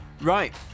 right